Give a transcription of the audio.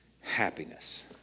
happiness